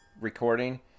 recording